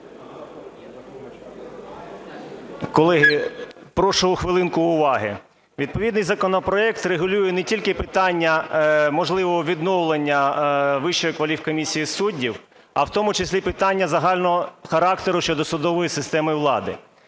Колеги, прошу хвилинку уваги. Відповідний законопроект регулює не тільки питання можливого відновлення Вищої кваліфкомісії суддів, а в тому числі питання загального характеру щодо судової системи влади.